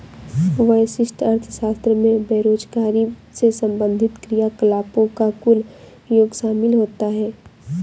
व्यष्टि अर्थशास्त्र में बेरोजगारी से संबंधित क्रियाकलापों का कुल योग शामिल होता है